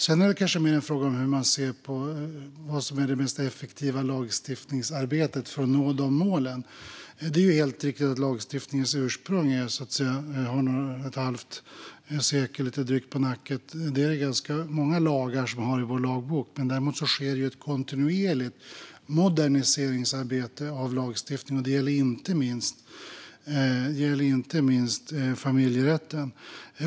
Sedan är det kanske mer en fråga om hur man ser på vad som är det mest effektiva lagstiftningsarbetet för att nå de målen. Det är helt riktigt att lagstiftningens ursprung har lite drygt ett halvt sekel på nacken. Det har också ganska många andra lagar i vår lagbok. Däremot sker ett kontinuerligt moderniseringsarbete när det gäller lagstiftningen. Det gäller inte minst familjerätten.